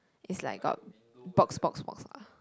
is like got box box box ah